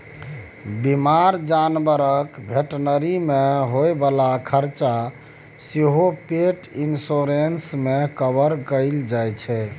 बीमार जानबरक भेटनरी मे होइ बला खरचा सेहो पेट इन्स्योरेन्स मे कवर कएल जाइ छै